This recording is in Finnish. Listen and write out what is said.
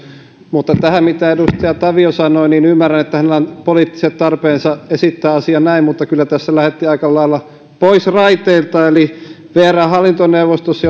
mutta tähän mitä edustaja tavio sanoi ymmärrän että hänellä on poliittiset tarpeensa esittää asia näin mutta kyllä tässä lähdettiin aika lailla pois raiteilta eli vrn hallintoneuvostossa